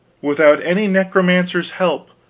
without any necromancer's help,